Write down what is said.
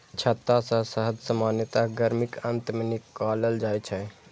छत्ता सं शहद सामान्यतः गर्मीक अंत मे निकालल जाइ छै